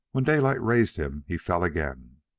when daylight raised him, he fell again.